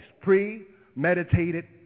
premeditated